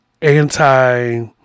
anti